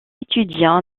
étudia